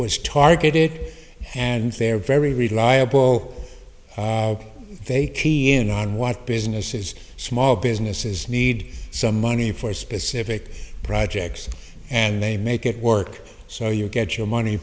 was targeted and they're very reliable they key in on what businesses small businesses need some money for specific projects and they make it work so you get your money